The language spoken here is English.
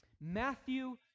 Matthew